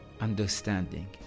understanding